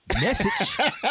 Message